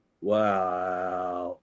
wow